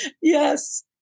Yes